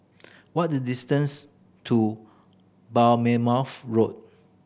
what the distance to Bourmemouth Road